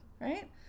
right